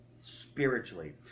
spiritually